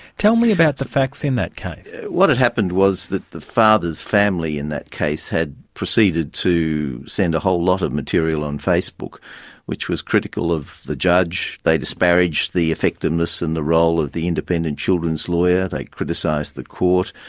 tell me about the facts in that case? what had happened was that the father's family in that case had proceeded to send a whole lot of material on facebook which was critical of the judge, they disparaged the effectiveness and the role of the independent children's lawyer, they criticised the court,